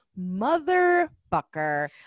motherfucker